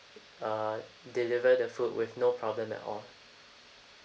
uh deliver the food with no problem at all